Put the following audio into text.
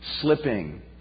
slipping